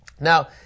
Now